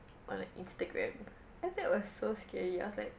on like instagram and that was so scary I was like